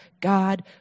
God